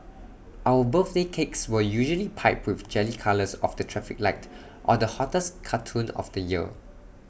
our birthday cakes were usually piped with jelly colours of the traffic light or the hottest cartoon of the year